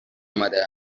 آمده